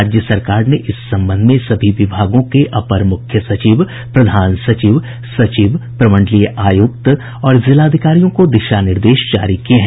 राज्य सरकार ने इस संबंध में सभी विभागों के अपर मुख्य सचिव प्रधान सचिव सचिव प्रमंडलीय आयुक्त और जिलाधिकारियों को दिशा निर्देश जारी किये हैं